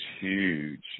huge